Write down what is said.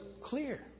clear